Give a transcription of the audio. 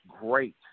great